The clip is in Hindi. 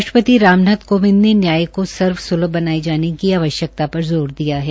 राष्ट्रपति राम नाथ कोविंद ने न्याय को सर्व सुल्भ बनाये जाने की आवश्यकता पर ज़ोर दिया है